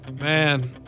Man